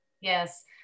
Yes